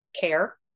care